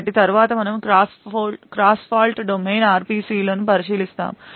కాబట్టి తరువాత మనము క్రాస్ Fault domain RPC లను పరిశీలిస్తాము